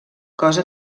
cosa